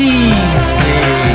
easy